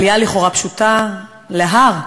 עלייה לכאורה פשוטה להר,